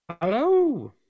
Hello